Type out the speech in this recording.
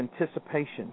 anticipation